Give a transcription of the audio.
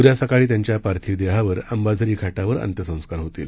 उद्यासकाळीत्यांच्यापार्थिवदेहावरअंबाझरीघाटावरअंत्यसंस्कारहोतील